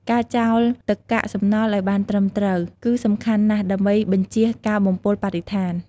ការចោលទឹកកាកសំណល់ឲ្យបានត្រឹមត្រូវគឺសំខាន់ណាស់ដើម្បីបញ្ចៀសការបំពុលបរិស្ថាន។